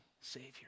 Savior